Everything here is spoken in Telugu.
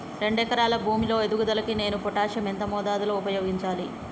రెండు ఎకరాల భూమి లో ఎదుగుదలకి నేను పొటాషియం ఎంత మోతాదు లో ఉపయోగించాలి?